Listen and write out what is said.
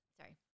Sorry